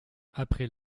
après